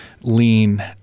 lean